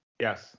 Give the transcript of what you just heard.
yes